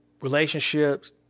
relationships